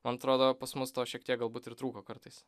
man atrodo pas mus to šiek tiek galbūt ir trūko kartais